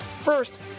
First